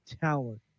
talent